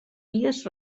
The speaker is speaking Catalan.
vies